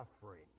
suffering